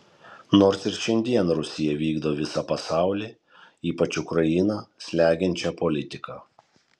nors ir šiandien rusija vykdo visą pasaulį ypač ukrainą slegiančią politiką